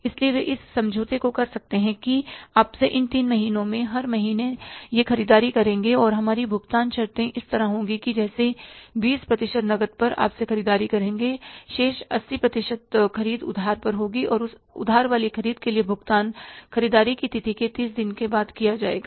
इसलिए वे इस समझौते को कर सकते हैं कि आपसे इन 3 महीनों में हर महीने ये ख़रीददारी करेंगे और हमारी भुगतान शर्तें इस तरह होंगीजैसे 20 प्रतिशत नकद पर आपसे ख़रीददारी करेंगे शेष 80 प्रतिशत ख़रीद उधार पर होगी और उस उधार वाली ख़रीद के लिए भुगतान ख़रीददारी की तिथि के 30 दिन के बाद किया जाएगा